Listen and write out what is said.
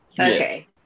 okay